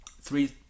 Three